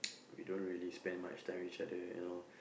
we don't really spend much time with each other and all